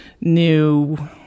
new